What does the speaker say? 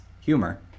humor